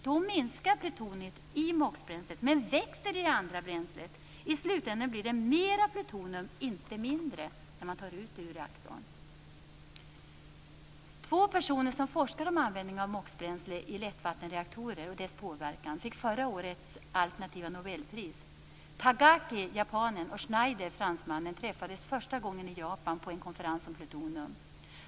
Då minskar plutoniet i MOX bränslet men växer i det andra bränslet. I slutändan blir det mer plutonium, inte mindre när man tar ut det ur reaktorn. Två personer som forskar om användningen av MOX-bränsle i lättvattenreaktorer och dess påverkan fick förra årets alternativa Nobelpris. Tagaki, japanen, och Schneider, fransmannen, träffades första gången i Japan på en konferens om plutonium.